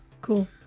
Cool